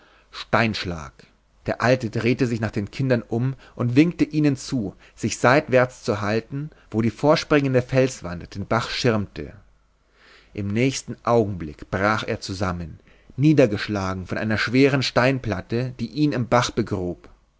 steinschlag der alte drehte sich nach den kindern um und winkte ihnen zu sich seitwärts zu halten wo die vorspringende felswand den bach schirmte im nächsten augenblick brach er zusammen niedergeschlagen von einer schweren steinplatte die ihn im bach begrub